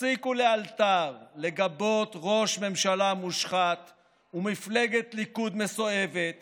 תפסיקו לאלתר לגבות ראש ממשלה מושחת ומפלגת ליכוד מסואבת